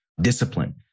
discipline